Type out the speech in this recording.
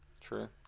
True